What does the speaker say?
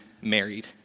married